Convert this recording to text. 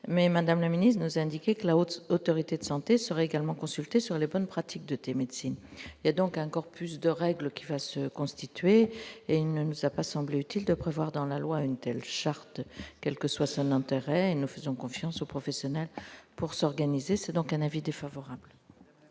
mais Madame la ministre, indiqué que la Haute autorité de santé sera également consultés sur les bonnes pratiques de télémédecine et donc un corpus de règles qui va se constituer et il ne nous a pas semblé utile de prévoir dans la loi une telle charte quel que soit son intérêt, nous faisons confiance aux professionnels pour s'organiser, c'est donc un avis défavorable.